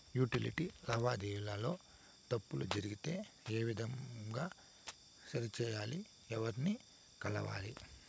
Utility లావాదేవీల లో తప్పులు జరిగితే ఏ విధంగా సరిచెయ్యాలి? ఎవర్ని కలవాలి?